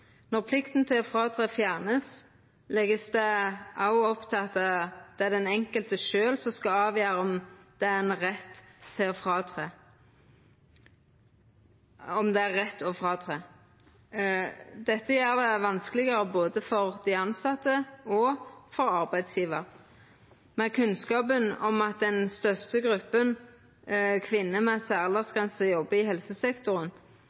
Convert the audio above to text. Når plikta til å fråtre vert fjerna, vert det òg lagt opp til at det er den enkelte sjølv som skal avgjera om det er rett å fråtre. Dette gjer det vanskelegare både for dei tilsette og for arbeidsgjevar. Med kunnskap om at den største gruppa med særaldersgrense er kvinner som jobbar i helsesektoren,